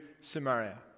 Samaria